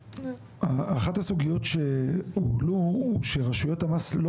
אחת הסוגיות שהועלו הוא שרשויות המס לא